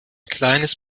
kleines